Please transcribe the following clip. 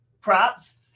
props